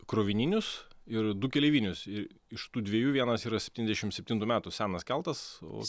krovininius ir du keleivinius ir iš tų dviejų vienas yra septyniasdešimt septintų metų senas keltas o